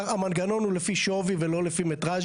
המנגנון הוא לפי שווי ולא לפי מטר.